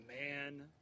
man